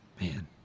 Man